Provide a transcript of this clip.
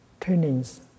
trainings